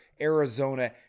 Arizona